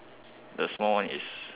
the small one is